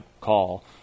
call